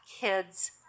kids